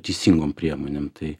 teisingom priemonėm tai